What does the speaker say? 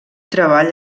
treball